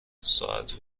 ساعت